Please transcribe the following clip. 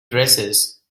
dresses